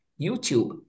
YouTube